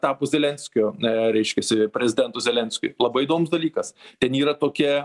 tapus zelenskio reiškiasi prezidentu zelenskiui labai įdomus dalykas ten yra tokie